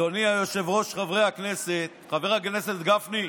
אדוני היושב-ראש, חברי הכנסת, חבר הכנסת גפני,